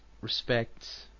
respect